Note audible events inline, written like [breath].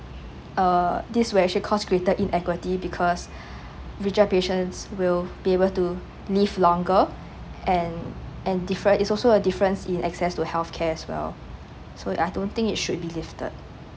err this will actually cause greater inequity because [breath] richer patients will be able to live longer and and diffe~ is also a difference in access to healthcare as well so I don't think it should be lifted